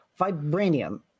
vibranium